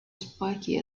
spiky